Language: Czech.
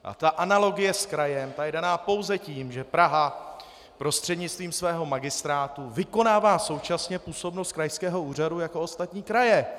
A ta analogie s krajem, ta je daná pouze tím, že Praha prostřednictvím svého magistrátu vykonává současně působnost krajského úřadu jako ostatní kraje.